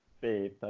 faith